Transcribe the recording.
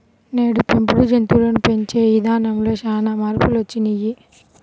నేడు పెంపుడు జంతువులను పెంచే ఇదానంలో చానా మార్పులొచ్చినియ్యి